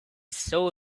saw